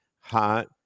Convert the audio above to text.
hot